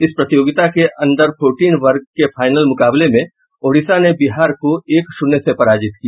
इस प्रतियोगिता के अंडर फोर्टीन वर्ग के फाइनल मुकाबले में ओडिशा ने बिहार को एक शून्य से पराजित किया